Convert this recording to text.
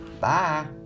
bye